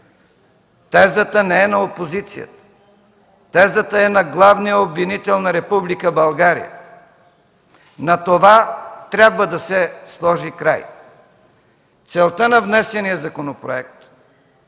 Тезата не е на опозицията, тя е на главния обвинител на Република България. На това трябва да се сложи край. Целта на внесения законопроект